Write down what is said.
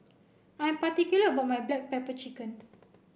I am particular about my Black Pepper Chicken